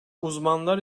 uzmanlar